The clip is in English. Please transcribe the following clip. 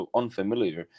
unfamiliar